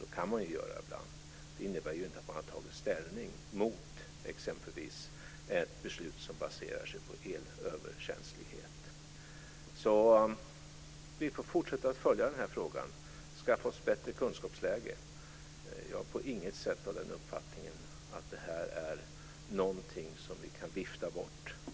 Man kan göra så ibland. Det innebär inte att man har tagit ställning mot exempelvis ett beslut som baserar sig på elöverkänslighet. Vi får fortsätta att följa frågan och skaffa oss bättre kunskapsläge. Jag är på inget sätt av uppfattningen att det här är något som vi kan vifta bort.